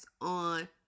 on